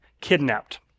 kidnapped